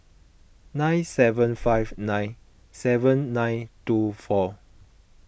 nine seven five nine seven nine two four